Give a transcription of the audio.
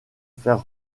faire